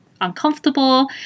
uncomfortable